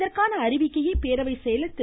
இதற்கான அறிவிக்கையை பேரவை செயலாளர் திரு